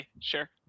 sure